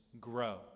grow